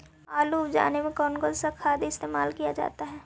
आलू अब जाने में कौन कौन सा खाद इस्तेमाल क्या जाता है?